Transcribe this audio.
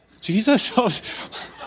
Jesus